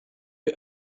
you